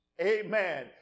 Amen